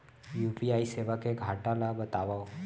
UPI सेवा के घाटा ल बतावव?